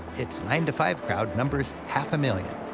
its nine to five crowd numbers half a million.